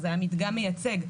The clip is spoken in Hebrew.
זה היה מדגם מייצג,